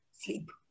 sleep